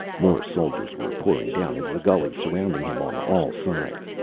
more soldiers were pouring down into the gulley, surrounding him on all sides.